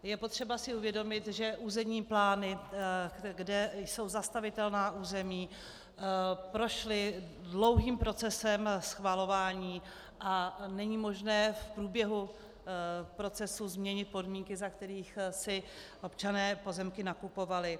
Je potřeba si uvědomit, že územní plány, kde jsou zastavitelná území, prošly dlouhým procesem schvalování a není možné v průběhu procesu změnit podmínky, za kterých si občané pozemky nakupovali.